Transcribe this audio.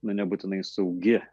nebūtinai saugi